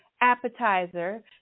appetizer